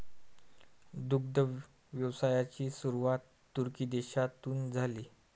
दुग्ध व्यवसायाची सुरुवात तुर्की देशातून झाली